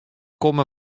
komme